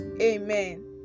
amen